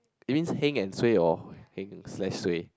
you mean heng and suay or heng is less suay